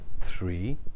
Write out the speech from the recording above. three